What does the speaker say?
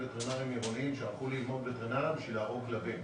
וטרינרים עירוניים שהלכו ללמוד וטרינריה בשביל להרוג כלבים.